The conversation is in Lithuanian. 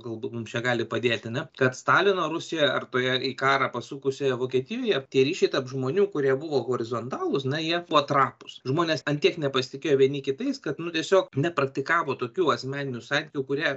galbūt mums čia gali padėt ane kad stalino rusijoje ar toje į karą pasukusioje vokietijoje tie ryšiai tarp žmonių kurie buvo horizontalūs na jie buvo trapūs žmonės ant tiek nepasitikėjo vieni kitais kad nu tiesiog nepraktikavo tokių asmeninių santykių kurie